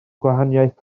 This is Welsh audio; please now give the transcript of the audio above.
gwahaniaeth